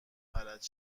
فلج